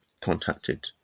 contacted